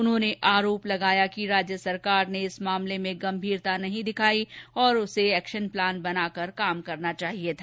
उन्होंने आरोप लगाया कि राज्य सरकार ने इस मामले में गंभीरता नहीं दिखाई और उसे एक्शन प्लान बनाकर काम करना चाहिए था